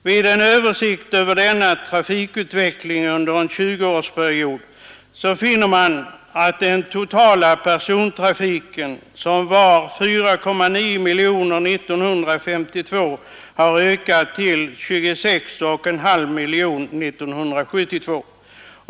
Vid en översikt över denna trafikutveckling under en tjugoårsperiod finner man att den totala persontrafiken som var 4,9 miljoner 1952 har ökat till 26,5 miljoner 1972.